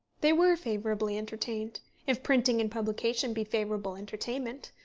they were favourably entertained if printing and publication be favourable entertainment.